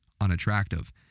unattractive